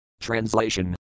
Translation